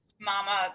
mama